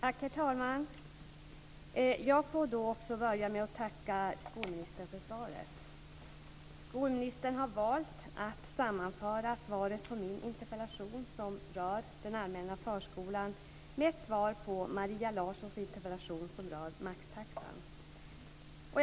Herr talman! Jag får börja med att tacka skolministern för svaret. Skolministern har valt att sammanföra svaret på min interpellation som rör den allmänna förskolan med ett svar på Maria Larssons interpellation som rör maxtaxan.